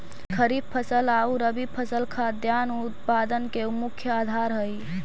खरीफ फसल आउ रबी फसल खाद्यान्न उत्पादन के मुख्य आधार हइ